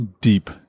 deep